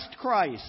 Christ